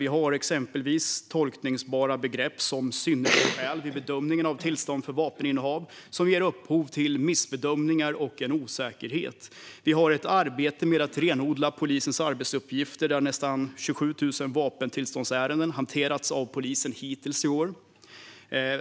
Vi har exempelvis tolkningsbara begrepp som "synnerliga skäl" vid bedömning av tillstånd för vapeninnehav. Det ger upphov till missbedömningar och osäkerhet. Vi har också ett arbete med att renodla polisens arbetsuppgifter. Nästan 27 000 vapentillståndsärenden har hanterats av polisen hittills i år.